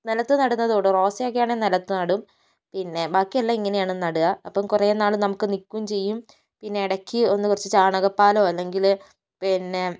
നിലത്തു നടുന്നതും ഉണ്ട് റോസാ ഒക്കെ ആണെങ്കിൽ നിലത്ത് നടും പിന്നെ ബാക്കി എല്ലാം ഇങ്ങനെയാണ് നടുക അപ്പോൾ കുറെനാൾ നമുക്ക് നിൽക്കുകയും ചെയ്യും പിന്നെ ഇടയ്ക്ക് ഒന്ന് കുറച്ച് ചാണകപ്പാലോ അല്ലെങ്കിൽ പിന്നെ